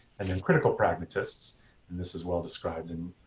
and then critical pragmatists and this is well-described in